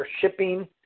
shipping